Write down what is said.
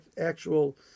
actual